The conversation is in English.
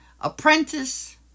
Apprentice